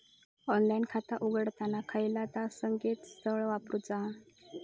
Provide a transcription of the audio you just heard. Online खाता उघडताना खयला ता संकेतस्थळ वापरूचा?